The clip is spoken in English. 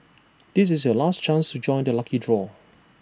this is your last chance to join the lucky draw